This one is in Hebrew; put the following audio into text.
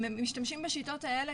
הם משתמשים בשיטות האלה,